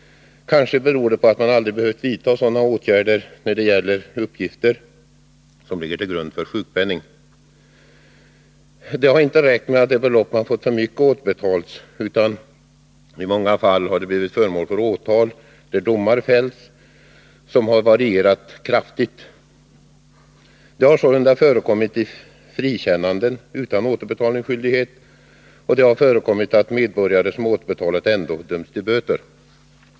Kanske beror det på att man aldrig behövt vidta sådana åtgärder när det gäller uppgifter som ligger till grund för sjukpenning. Det har inte räckt med att det belopp man fått för mycket återbetalats, utan i många fall har dessa människor blivit föremål för åtal, där domar fällts som har varierat kraftigt. Det har sålunda förekommit frikännanden utan återbetalningsskyldighet, och det har förekommit att medborgare som återbetalat ändå dömts till böter.